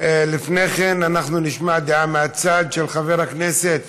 לפני כן אנחנו נשמע דעה מהצד של חבר הכנסת